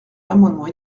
l’amendement